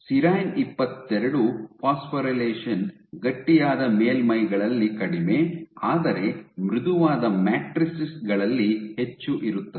serene ಇಪ್ಪತ್ತೆರಡು phosphorylation ಗಟ್ಟಿಯಾದ ಮೇಲ್ಮೈಗಳಲ್ಲಿ ಕಡಿಮೆ ಆದರೆ ಮೃದುವಾದ ಮ್ಯಾಟ್ರಿಕ್ಸ್ ಗಳಲ್ಲಿ ಹೆಚ್ಚು ಇರುತ್ತದೆ